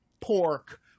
pork